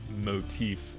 motif